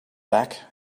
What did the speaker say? back